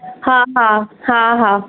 हा हा हा हा